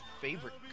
favorite